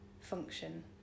function